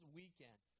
weekend